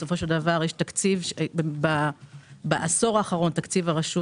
בסופו של דבר בעשור האחרון תקציב הרשות